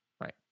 Right